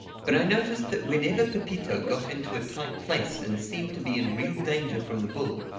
but i noticed that whenever pepito got into a tight place and seemed to be in real danger from the bull,